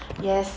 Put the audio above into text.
yes